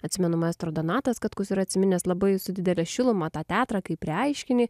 atsimenu maestro donatas katkus ir atsiminęs labai su didele šiluma tą teatrą kaip reiškinį